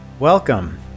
Welcome